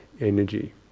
energy